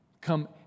come